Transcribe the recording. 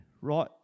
Right